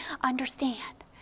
understand